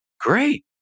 Great